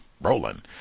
rolling